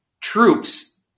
troops